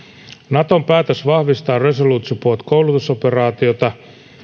naton päätös vahvistaa resolute support koulutusoperaatiota